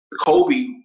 Kobe